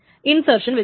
insertion വച്ചും